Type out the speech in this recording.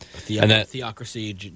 Theocracy